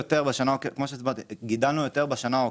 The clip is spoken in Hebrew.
כמו שהסברתי, גידלנו יותר בשנה העוקבת.